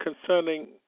concerning